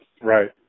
Right